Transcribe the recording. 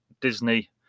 Disney